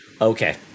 Okay